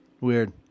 Weird